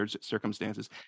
circumstances